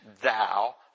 thou